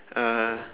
uh